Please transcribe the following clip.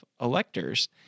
electors